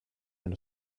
and